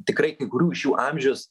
tikrai kai kurių iš jų amžius